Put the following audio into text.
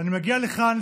אני מגיע לכאן,